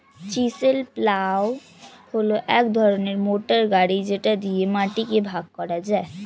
chisel plough হল এক ধরনের মোটর গাড়ি যেটা দিয়ে মাটিকে ভাগ করা যায়